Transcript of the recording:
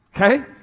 Okay